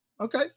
Okay